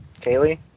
Kaylee